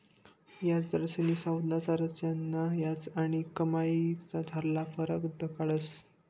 याजदरस्नी संज्ञा संरचना याज आणि कमाईमझारला फरक दखाडस